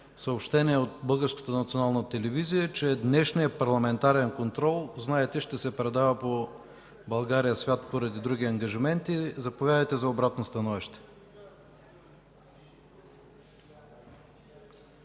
телевизия, че днешният парламентарен контрол, знаете, ще се предава по „БНТ свят” поради други ангажименти. Заповядайте за обратно становище.